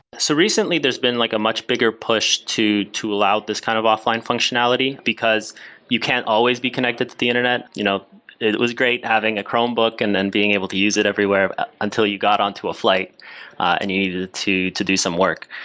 so recently, there's been like a much bigger push to to allow this kind of offline functionality, because you can't always be connected to the internet. you know it it was great having a chromebook and and being able to use it everywhere until you got onto a flight and you needed to to do some work.